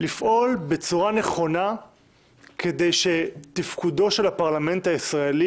לפעול בצורה נכונה כדי שהפרלמנט הישראלי